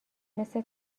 مثل